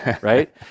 right